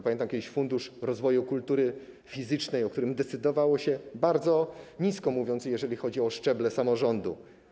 Pamiętam Fundusz Rozwoju Kultury Fizycznej, o którym decydowało się bardzo nisko, jeżeli chodzi o szczeble samorządu.